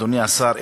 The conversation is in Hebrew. אדוני השר,